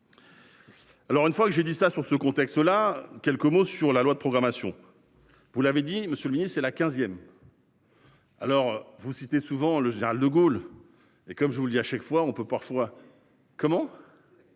Alors une fois que j'ai dit ça sur ce contexte là, quelques mots sur la loi de programmation. Vous l'avez dit, monsieur le Ministre, c'est la 15ème. Alors vous citez souvent le général de Gaulle et comme je vous le dis à chaque fois on peut parfois. Comment.